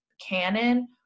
canon